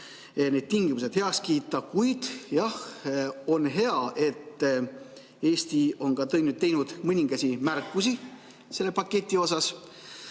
need tingimused heaks kiita, kuid jah, on hea, et Eesti on teinud ka mõningaid märkusi selle paketi kohta,